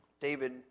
David